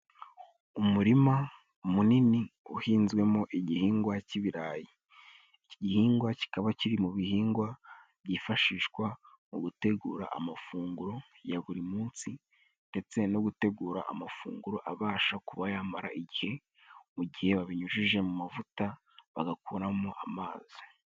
Umurima munini uhinzwemo igihingwa cy'ibirayi. Iki gihingwa kikaba kiri mu bihingwa byifashishwa mu gutegura amafunguro ya buri munsi，ndetse no gutegura amafunguro abasha kuba yamara igihe，mu gihe babinyujije mu mavuta bagakuramo amazi.